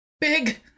Big